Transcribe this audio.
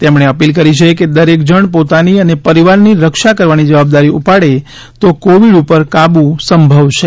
તેમણે અપીલ કરી છે કે દરેક જાણ પોતાની અને પરિવાર ની રક્ષા કરવાની જવાબદારી ઉપાડે તો કોવિડ ઉપર કાબૂ સંભવ છે